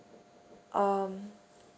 um